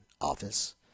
office